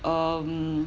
um